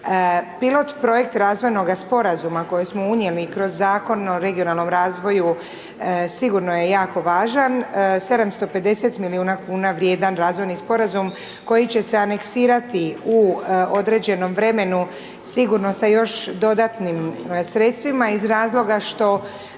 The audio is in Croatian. Pilot projekt razvojnoga sporazuma koji smo unijeli kroz Zakon o regionalnom razvoju sigurno je jako važan, 750 milijuna kn vrijedan razvojni sporazum koji će se aneksirati u određenom vremenu sigurno sa još dodatnim sredstvima iz razloga što